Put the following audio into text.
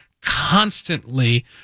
constantly